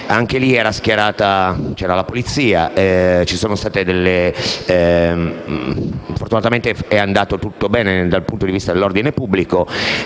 realtà era schierata la polizia, ma fortunatamente è andato tutto bene dal punto di vista dell'ordine pubblico.